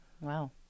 Wow